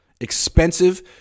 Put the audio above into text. Expensive